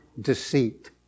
deceit